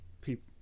people